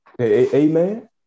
Amen